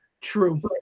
true